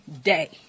day